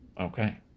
Okay